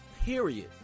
period